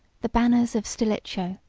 the banners of stilicho,